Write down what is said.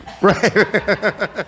Right